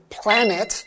planet